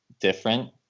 different